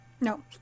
No